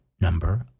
number